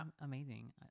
Amazing